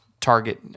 target